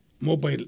mobile